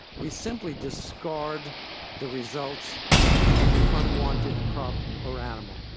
we simply discard the results of the unwanted crop or animal.